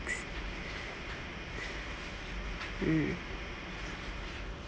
mm